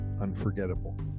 unforgettable